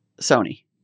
Sony